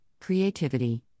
creativity